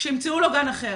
שימצאו לו גן אחר.